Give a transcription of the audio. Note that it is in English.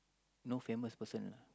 no famous person lah